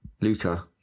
Luca